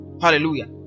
Hallelujah